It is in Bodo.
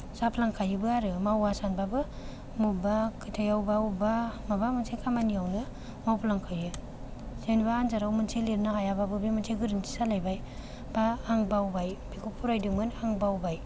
जाफ्लांखायोबो आरो मावा सानबाबो मबेबा खोथायाव बा अबबा माबा मोनसे खामानियावनो मावफ्लांखायो जेनबा आनजादाव मोनसे लिरनो हायाबाबो बे मोनसे गोरोन्थि जालायबाय बा आं बावबाय बेखौ फरायदोंमोन आं बावबाय